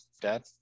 dad